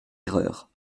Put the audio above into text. erreur